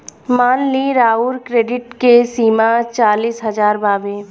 मान ली राउर क्रेडीट के सीमा चालीस हज़ार बावे